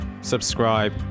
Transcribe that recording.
subscribe